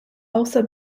also